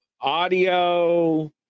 audio